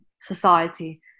society